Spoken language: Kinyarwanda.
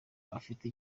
afite